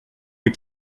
les